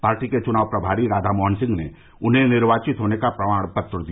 party के च्नाव प्रमारी राधा मोहन सिंह ने उन्हें निर्वाचित होने का प्रमाण पत्र दिया